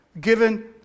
given